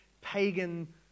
pagan